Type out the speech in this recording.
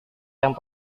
yang